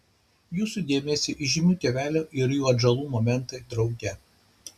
jūsų dėmesiui įžymių tėvelių ir jų atžalų momentai drauge